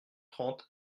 trente